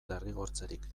derrigortzerik